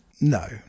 No